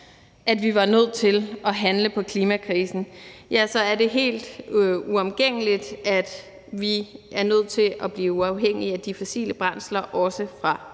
at vi er nødt til at handle på klimakrisen, så må vi kunne se, at det er helt uomgængeligt, at vi er nødt til at blive uafhængige af de fossile brændsler også fra Rusland,